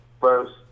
first